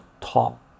top